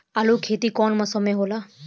आलू के खेती कउन मौसम में होला?